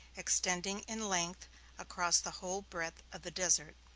extending in length across the whole breadth of the desert.